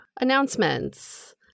announcements